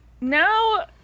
now